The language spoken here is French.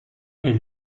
est